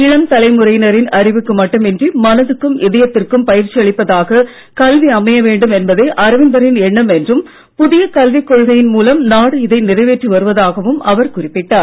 இளம் தலைமுறையினரின் அறிவுக்கு மட்டுமின்றி மனதுக்கும் இதயத்திற்கும் பயிற்சி அளிப்பதாக கல்வி அமைய வேண்டும் என்பதே அரவிந்தரின் எண்ணம் என்றும் புதிய கல்விக் கொள்கையின் மூலம் நாடு இதை நிறைவேற்றி வருவதாகவும் அவர் குறிப்பிட்டார்